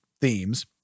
themes